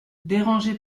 dérangé